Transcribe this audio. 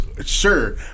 sure